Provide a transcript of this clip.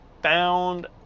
Found